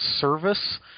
service